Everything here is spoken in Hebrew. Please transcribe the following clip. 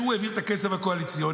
שהוא העביר את הכסף הקואליציוני.